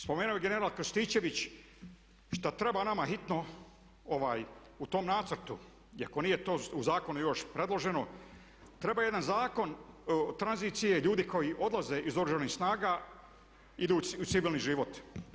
Spomenuo je general Krstičević šta treba nama hitno u tom nacrtu iako nije to u zakonu još predloženo treba jedan zakon tranzicije ljudi koji odlaze iz Oružanih snaga i idu u civilni život.